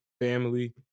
family